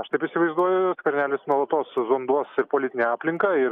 aš taip įsivaizduoju skvernelis nuolatos zonduos ir politinę aplinką ir